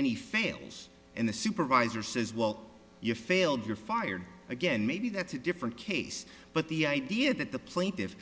any fails and the supervisor says well you failed you're fired again maybe that's a different case but the idea that the pla